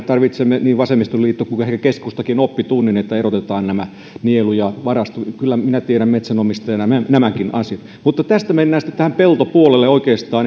tarvitsemme niin vasemmistoliitto kuin ehkä keskustakin oppitunnin että erotamme nämä nielun ja varaston kyllä minä tiedän metsänomistajana nämäkin asiat mutta tästä mennään sitten oikeastaan